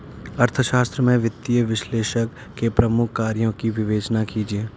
अर्थशास्त्र में वित्तीय विश्लेषक के प्रमुख कार्यों की विवेचना कीजिए